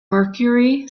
mercury